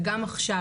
וגם עכשיו,